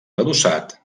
adossat